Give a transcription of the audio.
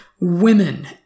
women